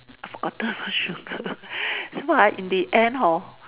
I forgotten to put sugar so ah in the end hor